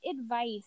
advice